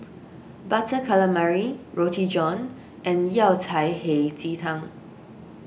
Butter Calamari Roti John and Yao Cai Hei Ji Tang